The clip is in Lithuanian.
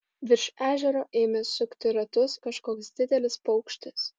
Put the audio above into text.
virš ežero ėmė sukti ratus kažkoks didelis paukštis